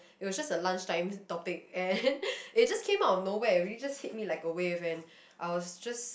it was just a lunch time topic and it just came out of nowhere really just hit me like a wave and I was just